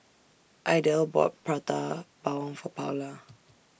Idell bought Prata Bawang For Paula